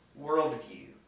worldview